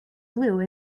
blue